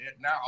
Now